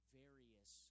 various